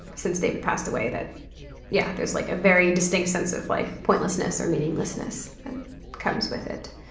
since david passed away, that yeah there's like a very distinct sense of like pointlessness or meaninglessness that comes with it.